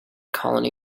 colony